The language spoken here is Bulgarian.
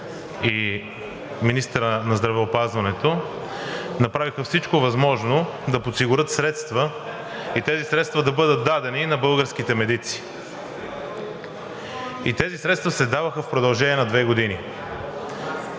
и министърът на здравеопазването направиха всичко възможно, за да подсигурят средства и те да бъдат дадени на българските медици. Тези средства се даваха в продължение на две години.